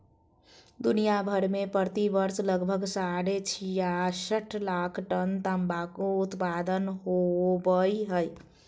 दुनिया भर में प्रति वर्ष लगभग साढ़े छियासठ लाख टन तंबाकू उत्पादन होवई हई,